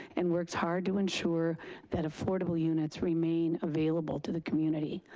and works hard to ensure that affordable units remain available to the community.